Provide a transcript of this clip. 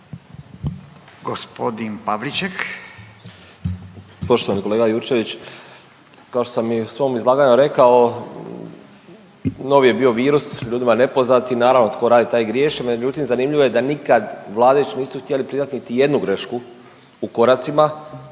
suverenisti)** Poštovani kolega Jurčević, kao što sam i u svom izlaganju rekao novi je bio virus, ljudima nepoznat i naravno tko radi taj i griješi međutim zanimljivo je da nikad vladajući nisu htjeli priznat niti jednu grešku u koracima,